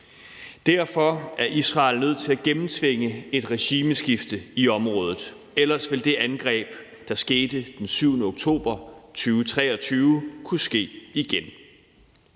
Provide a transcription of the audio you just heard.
Derfor er Israel nødt til at gennemtvinge et regimeskifte i området. Ellers vil det angreb, der skete den 7. oktober 2023, kunne ske igen.